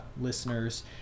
listeners